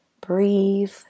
Breathe